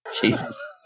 Jesus